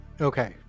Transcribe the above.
Okay